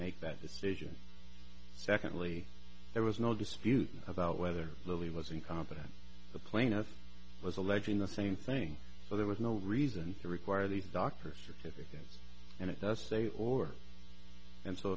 make that decision secondly there was no dispute about whether lily was incompetent the plaintiff was alleging the same thing so there was no reason to require these doctors to kill her and it does say or and so